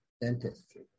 dentistry